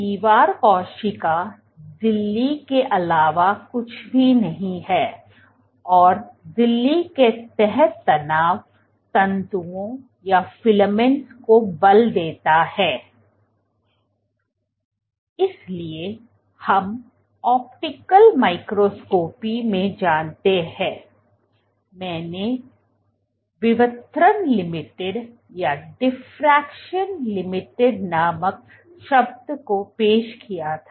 दीवार कोशिका झिल्ली के अलावा कुछ भी नहीं है और झिल्ली का यह तनाव तंतुओं को बल देता है इसलिए हम ऑप्टिकल माइक्रोस्कोपी में जानते हैं मैंने विवर्तन लिमिटेड नामक शब्द को पेश किया था